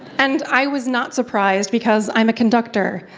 and i was not surprised, because i'm a conductor.